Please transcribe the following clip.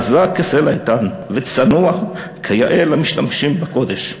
חזק כסלע איתן וצנוע כיאה למשמשים בקודש.